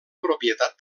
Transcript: propietat